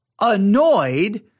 annoyed